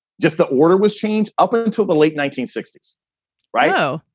just the order was changed up and until the late nineteen sixty s right now.